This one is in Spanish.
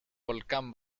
volcán